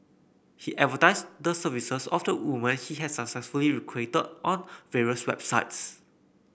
he advertised the services of the women he had successfully recruited on various websites